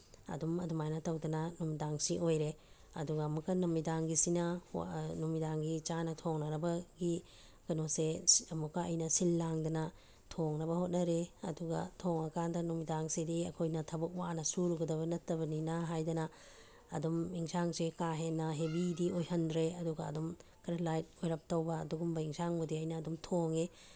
ꯑꯗꯨꯝ ꯑꯗꯨꯃꯥꯏꯅ ꯇꯧꯗꯅ ꯅꯨꯃꯤꯗꯥꯡꯁꯤ ꯑꯣꯏꯔꯦ ꯑꯗꯨꯒ ꯑꯃꯨꯛꯀ ꯅꯨꯃꯤꯗꯥꯡꯒꯤꯁꯤꯅ ꯅꯨꯃꯤꯗꯥꯡꯒꯤ ꯆꯥꯅ ꯊꯣꯡꯅꯅꯕꯒꯤ ꯀꯩꯅꯣꯁꯦ ꯑꯃꯨꯛꯀ ꯑꯩꯅ ꯁꯤꯜ ꯂꯥꯡꯗꯅ ꯊꯣꯡꯅꯕ ꯈꯣꯠꯅꯔꯦ ꯑꯗꯨꯒ ꯊꯣꯡꯉꯀꯥꯟꯗ ꯅꯨꯃꯗꯥꯡꯁꯤꯗꯤ ꯑꯩꯈꯣꯏꯅ ꯊꯕꯛ ꯋꯥꯅ ꯁꯨꯔꯨꯒꯗꯕ ꯅꯠꯇꯕꯅꯤꯅ ꯍꯥꯏꯗꯅ ꯑꯗꯨꯝ ꯌꯦꯟꯁꯥꯡꯁꯦ ꯀꯥ ꯍꯦꯟꯅ ꯍꯦꯕꯤꯗꯤ ꯑꯣꯏꯍꯟꯗ꯭ꯔꯦ ꯑꯗꯨꯒ ꯑꯗꯨꯝ ꯈꯔ ꯂꯥꯏꯠ ꯑꯣꯏꯔꯞ ꯇꯧꯕ ꯑꯗꯨꯒꯨꯝꯕ ꯌꯦꯟꯁꯥꯡꯕꯨꯅꯤ ꯑꯩꯅ ꯑꯗꯨꯝ ꯊꯣꯡꯉꯦ